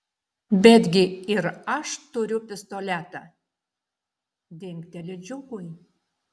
betgi ir aš turiu pistoletą dingteli džiugui